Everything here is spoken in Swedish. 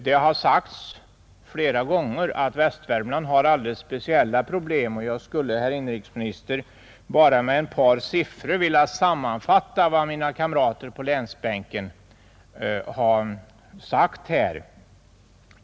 Det har sagts flera gånger att Västvärmland har alldeles speciella problem, och jag skulle, herr inrikesminister, bara med några siffror vilja sammanfatta vad mina kamrater på länsbänken har framhållit.